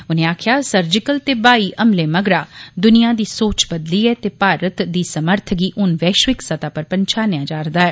उनें आक्खेआ जे सर्जिकल ते हवाई हमलें मगरा दुनिया दी सोच बदली ऐ ते भारत दी समर्थ गी हुन वैश्विक सतह् पर पंछानेआ जा'रदा ऐ